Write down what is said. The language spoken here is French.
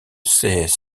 sées